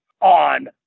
on